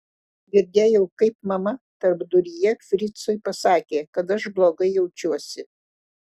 girdėjau kaip mama tarpduryje fricui pasakė kad aš blogai jaučiuosi